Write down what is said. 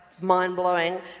mind-blowing